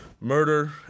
murder